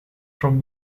from